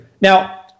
Now